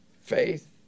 faith